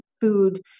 food